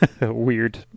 weird